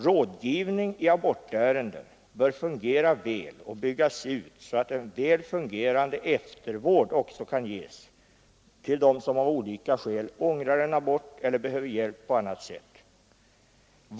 Rådgivning i abortärenden bör byggas ut så att en väl fungerande eftervård kan ges till dem som av olika skäl ångrar en abort eller behöver hjälp på annat sätt.